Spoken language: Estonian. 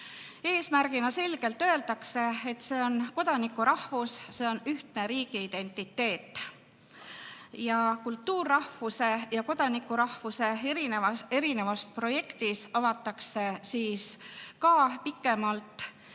Eesmärgina selgelt öeldakse, et see on kodanikurahvus, see on ühtne riigiidentiteet. Ja kultuurrahvuse ja kodanikurahvuse erinevust avatakse projektis ka pikemalt, kusjuures